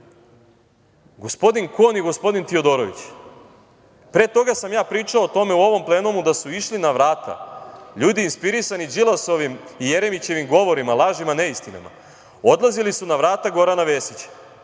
gospodin Kon i gospodin Tiodorović. Pre toga sam ja pričao o tome u ovom plenumu da su išli na vrata, ljudi inspirisani Đilasovim i Jeremićevim govorima, lažima, neistinama, odlazili su na vrata Gorana Vesića.